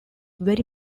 very